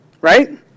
Right